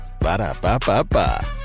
Ba-da-ba-ba-ba